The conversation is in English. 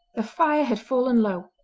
the fire had fallen low,